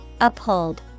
Uphold